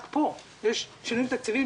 יש שינויים תקציביים